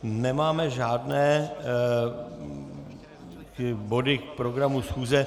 Nemáme žádné body k programu schůze.